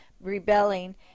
rebelling